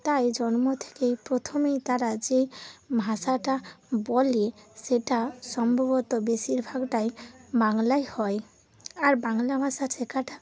তাই জন্ম থেকেই প্রথমেই তারা যে ভাষাটা বলে সেটা সম্ভবত বেশিরভাগটাই বাংলায় হয় আর বাংলা ভাষা শেখাটা